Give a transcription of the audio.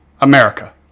America